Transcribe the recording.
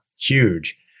Huge